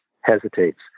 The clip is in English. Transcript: hesitates